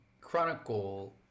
Chronicle